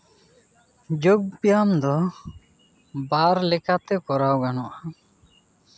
ᱡᱳᱜᱽ ᱵᱮᱭᱟᱢ ᱫᱚ ᱵᱟᱨ ᱞᱮᱠᱟᱛᱮ ᱠᱚᱨᱟᱣ ᱜᱟᱱᱚᱜᱼᱟ